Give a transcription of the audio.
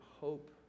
hope